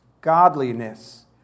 godliness